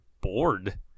bored